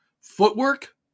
Footwork